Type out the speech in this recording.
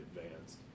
advanced